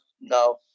no